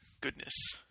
goodness